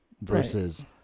versus